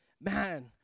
man